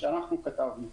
שאנחנו כתבנו.